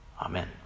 Amen